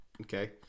Okay